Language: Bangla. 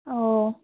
ও